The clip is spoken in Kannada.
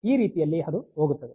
ಆ ರೀತಿಯಲ್ಲಿ ಅದು ಹೋಗುತ್ತದೆ